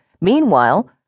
Meanwhile